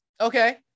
Okay